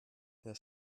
der